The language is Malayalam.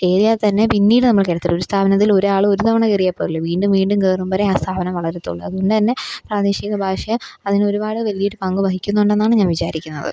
കേറിയാൽത്തന്നെ പിന്നീട് നമ്മൾ കേറത്തില്ല ഒരു സ്ഥാപനത്തില് ഒരാൾ ഒരു തവണ കേറിയാൽ പോരല്ലോ വീണ്ടും വീണ്ടും കേറുംവരെ ആ സ്ഥാപനം വളരത്തുളളൂ അതുകൊണ്ടുതന്നെ പ്രാദേശിക ഭാഷ അതിന് ഒരുപാട് വലിയൊരു പങ്ക് വഹിക്കുന്നുണ്ടെന്നാണ് ഞാന് വിചാരിക്കുന്നത്